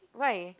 why